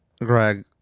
Greg